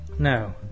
No